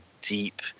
deep